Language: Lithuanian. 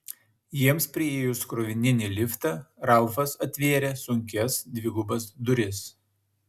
jiems priėjus krovininį liftą ralfas atvėrė sunkias dvigubas duris